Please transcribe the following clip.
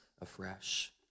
afresh